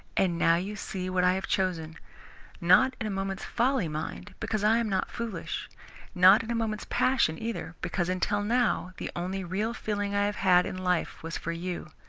and now you see what i have chosen not in a moment's folly, mind, because i am not foolish not in a moment's passion, either, because until now the only real feeling i have had in life was for you.